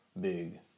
Big